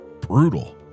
Brutal